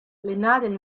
lennadenn